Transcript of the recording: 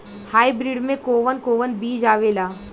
Hybrid में कोवन कोवन बीज आवेला?